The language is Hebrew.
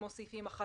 כמו סעיפים 1,